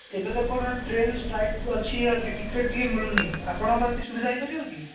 ଏବେ ତ କ'ଣ ଟ୍ରେନ ଷ୍ଟ୍ରାଇକ୍ ଅଛି ଟିକେଟ୍ ଟିକେ ମିଳୁନି ଆପଣଙ୍କ ପାଖରେ କିଛି ସୁବିଧା ହେଇପାରିବ କି